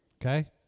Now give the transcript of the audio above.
okay